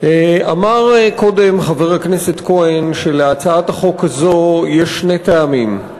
אמר קודם חבר הכנסת כהן שלהצעת החוק הזאת יש שני טעמים.